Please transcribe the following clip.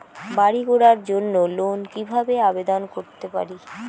বাড়ি করার জন্য লোন কিভাবে আবেদন করতে পারি?